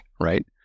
right